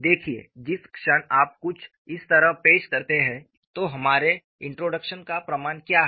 देखिए जिस क्षण आप कुछ इस तरह पेश करते हैं तो हमारे इंट्रोडक्शन का प्रमाण क्या है